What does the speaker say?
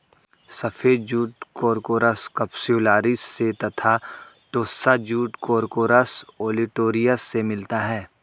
सफ़ेद jute corchorus capsularis से तथा टोस्सा जूट कोर्कोरस ओलिटोरियस से मिलता है